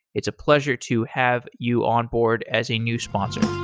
it's a pleasure to have you onboard as a new sponsor